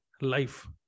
life